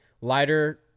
lighter